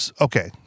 okay